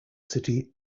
city